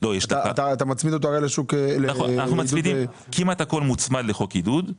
אתה מצמיד אותו הרי לשוק עידוד -- כמעט הכל מוצמד לחוק עידוד,